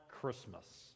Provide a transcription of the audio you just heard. christmas